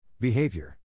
Behavior